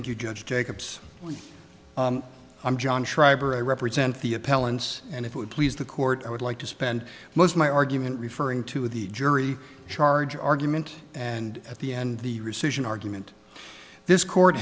you judge jacobs i'm john schreiber i represent the appellants and it would please the court i would like to spend most of my argument referring to the jury charge argument and at the end the rescission argument this court